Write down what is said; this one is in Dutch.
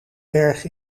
berg